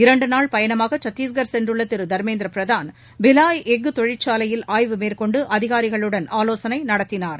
இரண்டு நாள் பயணமாக சத்தீஸ்கர் சென்றுள்ள திரு தர்மேந்திர பிரதான் பிலாய் எஃகு தொழிற்சாலையில் ஆய்வு மேற்கொண்டு அதிகாரிகளுடன் ஆலோசனை நடத்தினார்